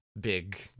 big